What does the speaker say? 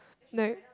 like